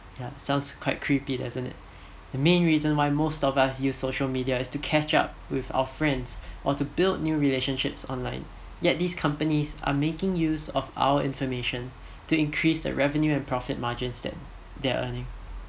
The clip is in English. ya sounds quite creepy doesn't it the main reason why most of us use social media is to catch up with our friends or to build new relationships online yet this companies are making use of our information to increase the revenue and profit margins that they are earning